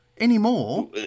anymore